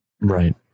Right